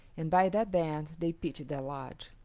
and by that band they pitched their lodge.